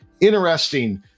interesting